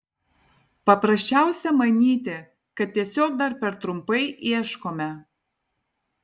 paprasčiausia manyti kad tiesiog dar per trumpai ieškome